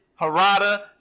Harada